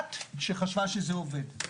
אחת שחשבה שזה עובד.